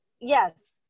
yes